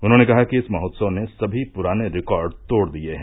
उन्होंने कहा कि इस महोत्सव ने सभी पूराने रिकॉर्ड तोड़ दिये हैं